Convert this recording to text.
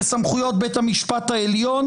לסמכויות בית המשפט העליון,